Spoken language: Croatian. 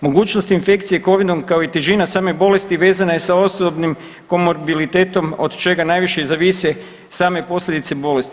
Mogućnost infekcije Covid-om kao i težina same bolesti vezana je sa osobnim komorbilitetom od čega najviše i zavise same posljedice bolesti.